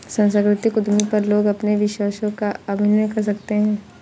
सांस्कृतिक उद्यमी पर लोग अपने विश्वासों का समन्वय कर सकते है